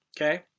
okay